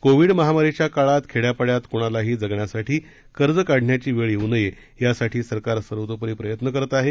Covid महामारीच्या काळात खेड्या पाड्यात कृणालाही जगण्यासाठी कर्ज काढण्याची वेळ येऊ नये यासाठी सरकार सर्वतोपरी प्रयत्न करत आहे